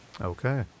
Okay